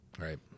Right